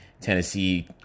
Tennessee